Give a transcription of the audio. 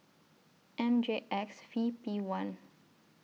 M J X V P one